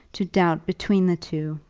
to doubt between the two!